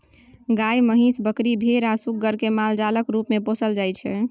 गाय, महीस, बकरी, भेरा आ सुग्गर केँ मालजालक रुप मे पोसल जाइ छै